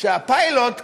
שהפיילוט כשל,